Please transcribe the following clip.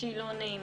שהיא לא נעימה.